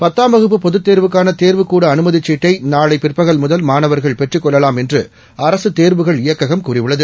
பத்தாம் வகுப்பு பொதுத் தேர்வுக்கான தேர்வுக்கூட அனுமதிக் சீட்டை நாளை பிற்பகல் முதல் மாணவர்கள் பெற்றுக் கொள்ளலாம் என்று அரசு தேர்வுகள் இயக்ககம் கூறியுள்ளது